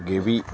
ഗിവി